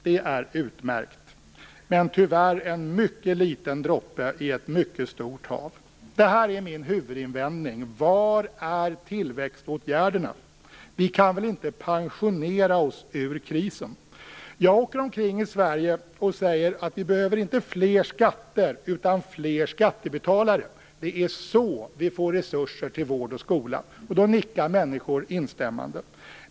Det är utmärkt, men tyvärr en mycket liten droppe i ett mycket stort hav. Det här är min huvudinvändning: Var är tillväxtåtgärderna? Vi kan väl inte pensionera oss ur krisen? Jag åker omkring i Sverige och säger att vi inte behöver fler skatter utan fler skattebetalare. Det är så vi får resurser till vård och skola. Då nickar människor instämmande.